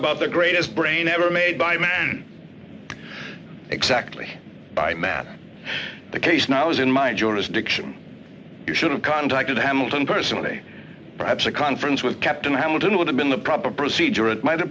about the greatest brain ever made by man exactly by matt the case now is in my jurisdiction you should have contacted hamilton personally perhaps a conference with captain hamilton would have been the problem procedure it might have